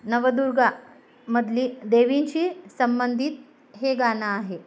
नवदुर्गा मधली देवींशी संबंधित हे गाणं आहे